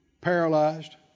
Paralyzed